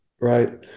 right